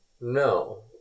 no